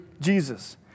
Jesus